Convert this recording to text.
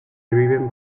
driven